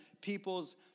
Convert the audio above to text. people's